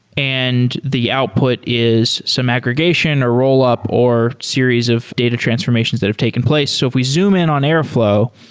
and the output is some aggregation or rollup or series of data transformations that have taken place. so if we zoom in on airflow,